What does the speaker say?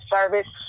service